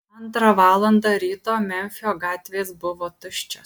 antrą valandą ryto memfio gatvės buvo tuščios